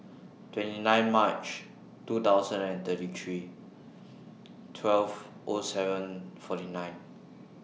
twenty nine March two thousand and twenty three twelve O seven forty nine